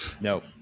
No